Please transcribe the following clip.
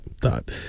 thought